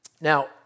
Now